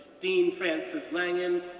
esteemed francis langan,